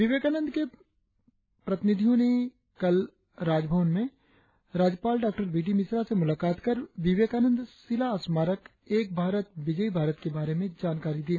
विवेकानंद केंद्र के प्रतिनिधियों ने कल राजभवन में राज्यपाल डॉ बी डी मिश्रा से मुलाकात कर विवेकानंद शिला स्मारक एक भारत विजयी भारत के बारे में जानकारी दी